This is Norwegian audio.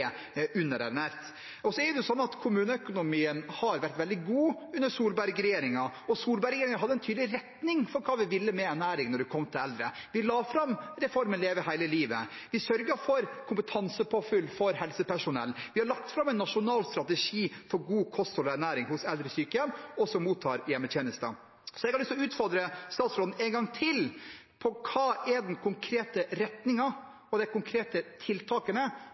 underernært. Så er det sånn at kommuneøkonomien har vært veldig god under Solberg-regjeringen, og Solberg-regjeringen hadde en tydelig retning for hva vi ville med ernæring når det kom til eldre. Vi la fram reformen Leve hele livet, vi sørget for kompetansepåfyll for helsepersonell, vi har lagt fram en nasjonal strategi for godt kosthold og ernæring hos eldre i sykehjem og som mottar hjemmetjenester. Så jeg har lyst til å utfordre statsråden en gang til på hva som er den konkrete retningen og de konkrete tiltakene,